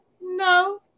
No